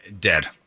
Dead